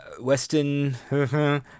Weston